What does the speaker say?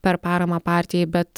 per paramą partijai bet